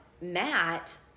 Matt